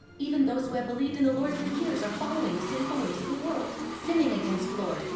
even those who have believed in the lord for years are following the sinful ways of the world, sinning against lord,